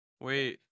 wait